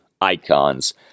icons